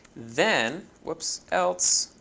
then whoops else.